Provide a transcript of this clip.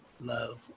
love